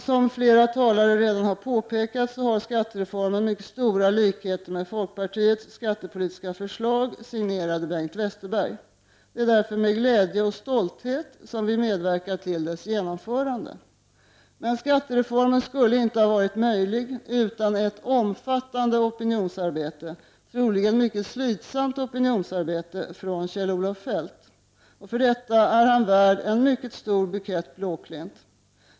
Som flera talare redan påpekat, har skattereformen mycket 141 stora likheter med folkpartiets skattepolitiska förslag, signerat Bengt Westerberg. Det är därför vi med glädje och stolthet medverkar till dess genomförande. Men skattereformen skulle inte ha varit möjlig utan ett omfattande opinionsarbete, troligen mycket slitsamt opinionsarbete, från Kjell-Olof Feldt. För detta är han värd en mycket stor bukett blåklint.